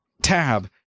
tab